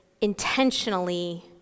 intentionally